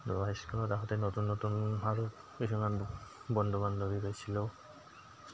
আৰু হাইস্কুলত আহোঁতে নতুন নতুন আৰু কিছুমান বন্ধু বান্ধৱী পাইছিলোঁ